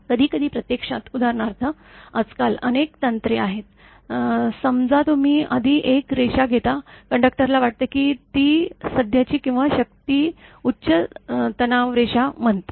कधीकधी प्रत्यक्षात उदाहरणार्थ आजकाल अनेक तंत्रे आहेत समजातुम्ही आधी एक रेषा घेता कंडक्टरला वाटते की ती सध्याची किंवा शक्ती उच्च तणावरेषा म्हणते